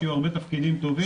שיהיו הרבה תפקידים טובים.